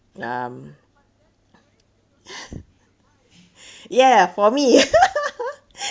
um ya for me